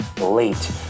late